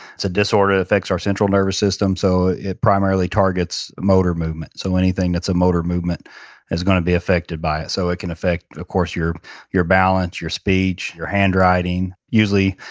it's a disorder that affects our central nervous system, so it primarily targets motor movement. so, anything that's a motor movement is going to be affected by it. so, it can affect, of course, your your balance, your speech, your handwriting. usually,